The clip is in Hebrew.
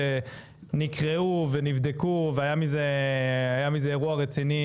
נקראו ונבדקו והיה מזה אירוע רציני,